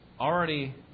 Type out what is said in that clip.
already